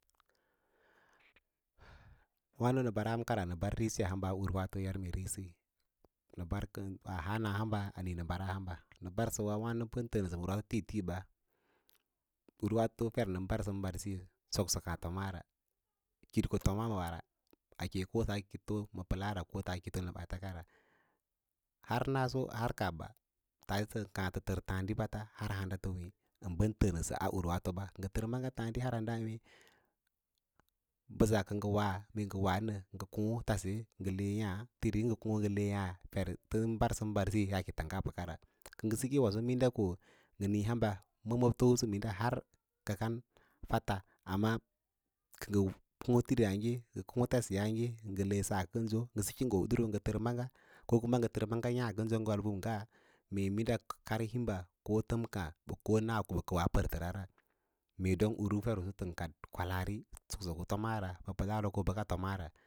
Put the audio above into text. wâno nə mbara hansəkara nə mbar risi a hamba, urwaato yarme risi ɓa a haa na hamba, ale nə mbara hanba nə mba səwa wainə ɓən təə nəsə ma ur w ǎ no tīī tīī ba urwaato fer nən mbar sən mbar siyo soksoko tomaa ra kit ko tomaa ngawa ra a kem ko saa kīto ma pəlaara ra kosa kito ma baata ka ra har naso har kaaba don tən kaã tə tər ɓaats ko pərtəra ka tər maasa bəka ngə toma, sə tər han sə wěě handa lǎǎdi mbəsa kə ngə ura mee wa nə ngə kô yaã fer tən mbasm mbar siyi yaake tangga bəkara kə ngə siku ngə ko kə ngə niĩ́ ya han ɓa kowo məbməb tomꞌusu muda kə kan fotte amma kə ngə kõ triyǎǎge tas yaage nga bə le yaa ngə wa maage dawa ko ngə tər maaga yǎǎ kənso ko ngə war humba naa māləmkaã mee bə kəwaa pərlə mee don uru fer ꞌusu tən kwalaari soksoko ma pelaara kef foma bərəka fom aa ra.